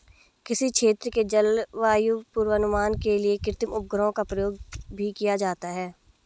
किसी क्षेत्र के जलवायु पूर्वानुमान के लिए कृत्रिम उपग्रहों का प्रयोग भी किया जाता है